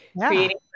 creating